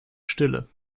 stille